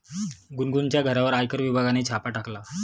गुनगुनच्या घरावर आयकर विभागाने छापा टाकला